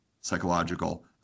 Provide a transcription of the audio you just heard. psychological